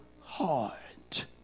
heart